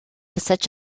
such